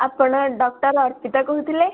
ଆପଣ ଡ଼କ୍ଟର ଅର୍ପିତା କହୁଥିଲେ